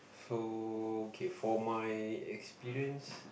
so okay for my experience